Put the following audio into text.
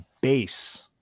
base